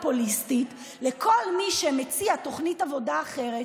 נהייתה איזו אופנה פופוליסטית שכל מי שמציע תוכנית עבודה אחרת,